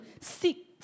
seek